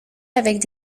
avec